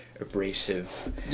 abrasive